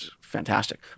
fantastic